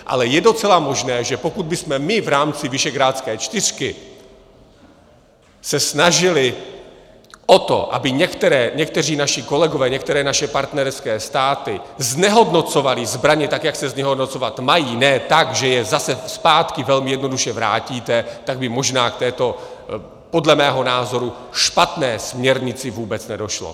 Ale je docela možné, že pokud bychom my v rámci visegrádské čtyřky se snažili o to, aby někteří naši kolegové, některé naše partnerské státy znehodnocovaly zbraně tak, jak se znehodnocovat mají, ne tak, že je zase zpátky velmi jednoduše vrátíte, tak by možná k této podle mého názoru špatné směrnici vůbec nedošlo.